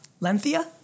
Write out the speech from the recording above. Lenthea